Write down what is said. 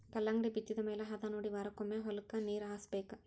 ಕಲ್ಲಂಗಡಿ ಬಿತ್ತಿದ ಮ್ಯಾಲ ಹದಾನೊಡಿ ವಾರಕ್ಕೊಮ್ಮೆ ಹೊಲಕ್ಕೆ ನೇರ ಹಾಸಬೇಕ